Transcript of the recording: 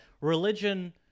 religion